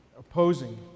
Opposing